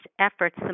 efforts